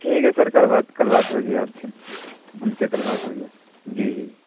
ٹھیک ہے سر کل بات کل بات ہوگی آپ سے ہم سے کل بات ہوگی جی جی